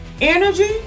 Energy